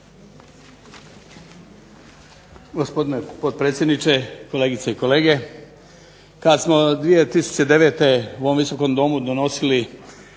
Hvala vam